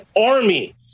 army